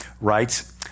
writes